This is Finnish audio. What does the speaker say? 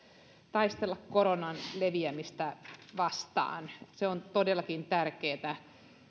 taistella koronan leviämistä vastaan se on todellakin tärkeätä